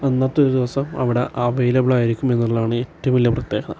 അന്നത്തെ ആ ഒരു ദിവസം അവിടെ അവൈലബിളായിരിക്കുമെന്നുള്ളതാണ് ഏറ്റവും വലിയ പ്രത്യേകത